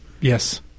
Yes